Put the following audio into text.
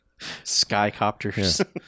Skycopters